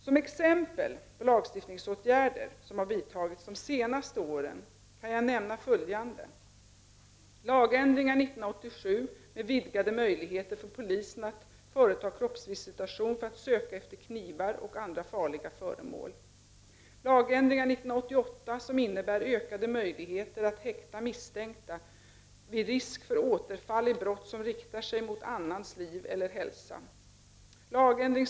Som exempel på åtgärder som har vidtagits de senaste åren kan jag nämna följande: Lagändringar 1988 som innebär ökade möjligheter att häkta misstänkta vid risk för återfall i brott som riktar sig mot annans liv eller hälsa.